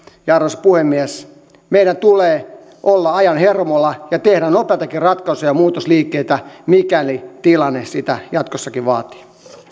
ja arvoisa puhemies meidän tulee olla ajan hermolla ja tehdä nopeitakin ratkaisuja ja muutosliikkeitä mikäli tilanne sitä jatkossakin vaatii